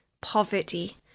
poverty